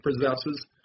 possesses